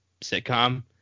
sitcom